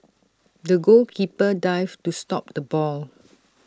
the goalkeeper dived to stop the ball